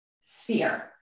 sphere